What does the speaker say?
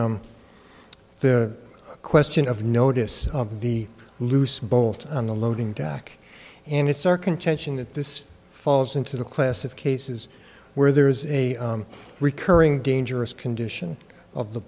three the question of notice of the loose bolt on the loading dock and it's our contention that this falls into the class of cases where there is a recurring dangerous condition of the